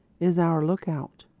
is our lookout.